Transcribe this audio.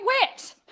wet